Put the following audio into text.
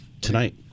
tonight